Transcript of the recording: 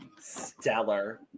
stellar